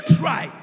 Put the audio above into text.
try